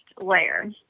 layer